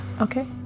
Okay